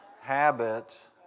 habit